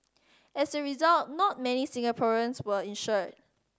as a result not many Singaporeans were insured